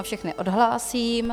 Všechny odhlásím.